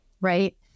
right